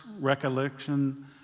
recollection